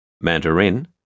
Mandarin